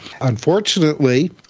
Unfortunately